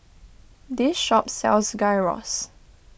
this shop sells Gyros